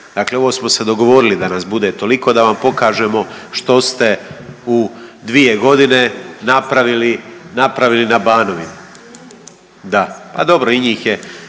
Dakle ovo smo se dogovorili da nas bude toliko da vam pokažemo što ste u 2 godine napravili na Banovini. Da, pa dobro, i njih je